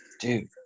Dude